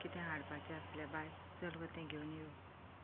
कितें हाडपाचें आसल्यार बाय चल गो तें घेवन यो